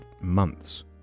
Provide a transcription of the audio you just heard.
months